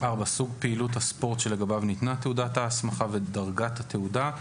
(4)סוג פעילות הספורט שלגביו ניתנה תעודת ההסמכה ודרגת התעודה,